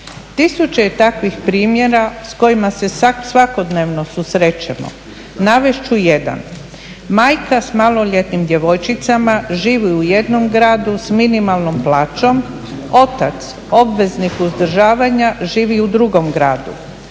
Tisuće je takvih primjera s kojima se svakodnevno susrećemo. Navest ću jedan, majka s maloljetnim djevojčicama živi u jednom gradu s minimalnom plaćom, otac obveznik uzdržavanja živi u drugom gradu,